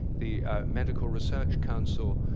the medical research council,